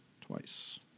twice